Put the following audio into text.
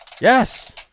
Yes